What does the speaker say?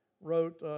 wrote